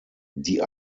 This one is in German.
die